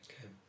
Okay